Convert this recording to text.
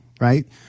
right